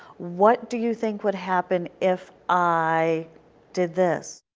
what do you think would happen if i did this.